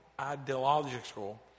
ideological